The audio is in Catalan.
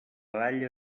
dalla